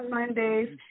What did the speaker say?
Mondays